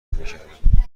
میکردم